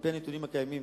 על-פי הנתונים הקיימים,